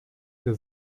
der